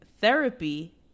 Therapy